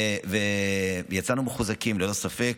ויצאנו מחוזקים, ללא ספק.